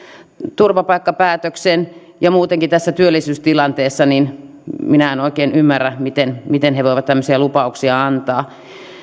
turvapaikkapäätöksen ja muutenkaan tässä työllisyystilanteessa minä en oikein ymmärrä miten miten he voivat tämmöisiä lupauksia antaa